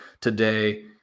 today